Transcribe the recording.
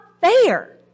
fair